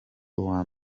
uwa